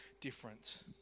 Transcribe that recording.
difference